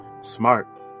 smart